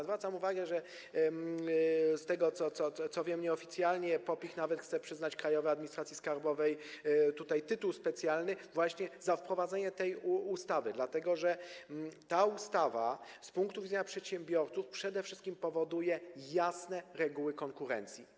Zwracam uwagę, że - według tego, co wiem nieoficjalnie - POPiHN nawet chce przyznać Krajowej Administracji Skarbowej tytuł specjalny za wprowadzenie tej ustawy, dlatego że ta ustawa z punktu widzenia przedsiębiorców przede wszystkim powoduje, że są jasne reguły konkurencji.